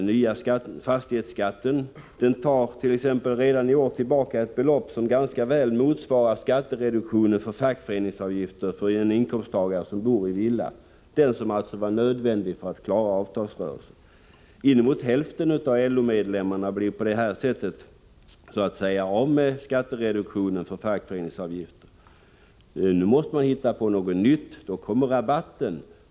Den nya fastighetsskatten tar redan i år tillbaka ett belopp som ganska väl motsvarar skattereduktionen för fackföreningsavgifter för en inkomsttagare som bor i villa. Den reduktionen var ju nödvändig för att klara avtalsrörelsen. Inemot hälften av LO-medlemmarna blir på detta sätt så att säga av med skattereduktionen för fackföreningsavgiften. Nu måste regeringen hitta på något nytt, och då kommer man med denna skatterabatt.